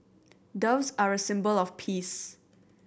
doves are a symbol of peace